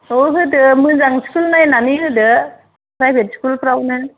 औ होदो मोजां स्कुल नायनानै होदो प्राइभेट स्कुलफ्रावनो